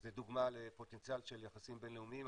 זו דוגמה לפוטנציאל של יחסים בינלאומיים.